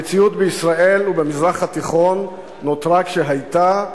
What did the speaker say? המציאות בישראל ובמזרח התיכון נותרה כשהיתה.